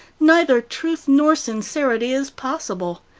neither truth nor sincerity is possible.